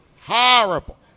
horrible